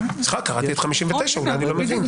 סליחה, קראתי את 59, אולי אני לא מבין.